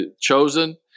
chosen